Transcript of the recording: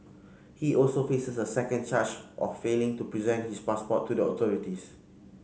he also faces a second charge of failing to present his passport to the authorities